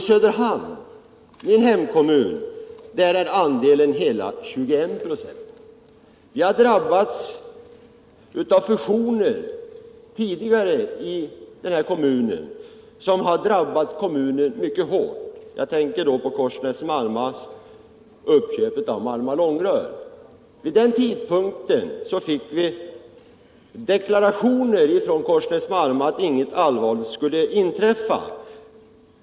I Söderhamn, min hemkommun, är andelen hela 21 96. Vi har tidigare i den här kommunen berörts av fusioner som har drabbat kommunen mycket hårt — jag tänker då på Korsnäs-Marmas uppköp av Marma-Långrörs AB. Vid den tidpunkten fick vi deklarationer från Korsnäs Marma om att inget allvarligt skulle inträffa.